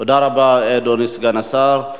תודה רבה, אדוני סגן השר.